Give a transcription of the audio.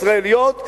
ישראליות,